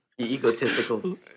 Egotistical